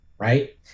Right